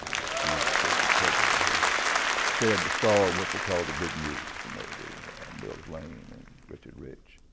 don't guess mules sit at a table, but he shared the story what they call the big mules, you know, mills lane, and richard rich,